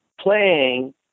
playing